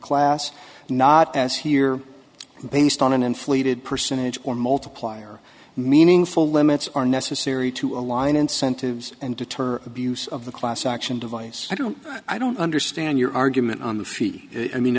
class not as here and based on an inflated percentage or multiplier meaningful limits are necessary to align incentives and deter abuse of the class action device i don't i don't understand your argument on the feet i mean